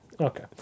Okay